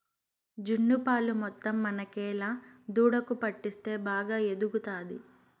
జున్ను పాలు మొత్తం మనకేలా దూడకు పట్టిస్తే బాగా ఎదుగుతాది